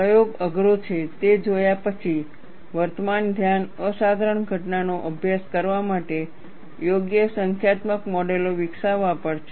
પ્રયોગ અઘરો છે તે જોયા પછી વર્તમાન ધ્યાન અસાધારણ ઘટનાનો અભ્યાસ કરવા માટે યોગ્ય સંખ્યાત્મક મોડેલો વિકસાવવા પર છે